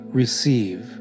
receive